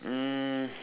um